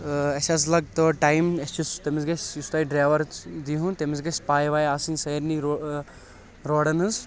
تہٕ اَسہِ حض لگہِ تورٕ ٹایِم اسہِ چھ تٔمِس گژھِ یُس تُہۍ ڈرایوَر دیٖہُن تٔمِس گژھہِ پَے وَے آسٕنۍ سارِنےٕ روڈن ۂنٛز